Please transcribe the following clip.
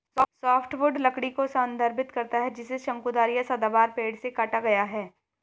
softwood लकड़ी को संदर्भित करता है जिसे शंकुधारी या सदाबहार पेड़ से काटा गया है